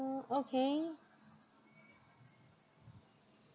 uh okay